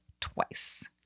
twice